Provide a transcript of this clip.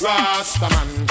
Rastaman